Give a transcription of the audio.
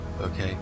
okay